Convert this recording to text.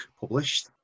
published